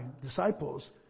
disciples